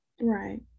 Right